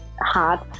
hard